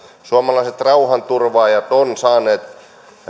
suomalaiset rauhanturvaajat ovat saaneet